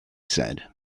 said